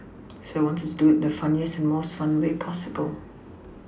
so I wanted to do it the funniest and most fun way possible